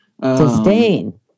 disdain